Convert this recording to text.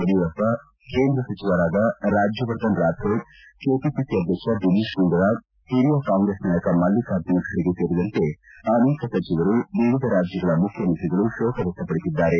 ಯಡಿಯೂರಪ್ಪ ಕೇಂದ್ರ ಸಚಿವರಾದ ರಾಜ್ಯವರ್ಧನ್ ರಾಥೋಡ್ ಕೆಪಿಸಿಸಿ ಅಧ್ಯಕ್ಷ ದಿನೇಶ್ ಗುಂಡೂರಾವ್ ಹಿರಿಯ ಕಾಂಗ್ರೆಸ್ ನಾಯಕ ಮಲ್ಲಿಕಾರ್ಜುನ ಖರ್ಗೆ ಸೇರಿದಂತೆ ಅನೇಕ ಸಚಿವರು ವಿವಿಧ ರಾಜ್ಜಗಳ ಮುಖ್ಯಮಂತ್ರಿಗಳು ಶೋಕ ವ್ಯಕ್ತಪಡಿಸಿದ್ದಾರೆ